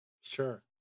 sure